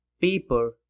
paper